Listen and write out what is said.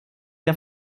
der